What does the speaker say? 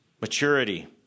maturity